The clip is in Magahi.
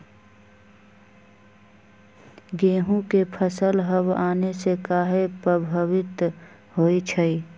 गेंहू के फसल हव आने से काहे पभवित होई छई?